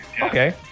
Okay